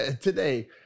today